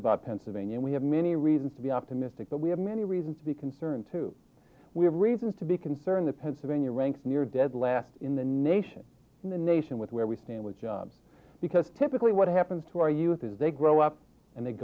about pennsylvania and we have many reasons to be optimistic but we have many reasons to be concerned too we have reasons to be concerned the pennsylvania ranks near dead last in the nation and the nation with where we stand with jobs because typically what happens to our youth is they grow up and they